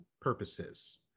purposes